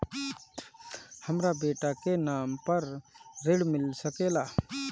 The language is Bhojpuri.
हमरा बेटा के नाम पर ऋण मिल सकेला?